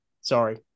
Sorry